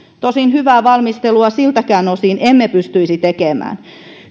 tosin hyvää valmistelua siltäkään osin emme pystyisi tekemään